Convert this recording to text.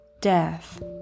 Death